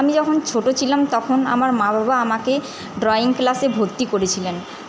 আমি যখন ছোটো ছিলাম তখন আমার মা বাবা আমাকে ড্রয়িং ক্লাসে ভর্তি করেছিলেন